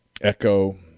Echo